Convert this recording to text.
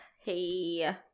hey